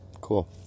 Cool